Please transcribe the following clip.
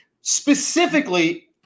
Specifically